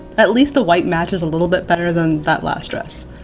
at least the white matches a little bit better than that last dress.